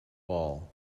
wall